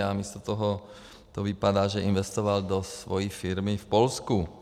A místo toho to vypadá, že investoval do svojí firmy v Polsku.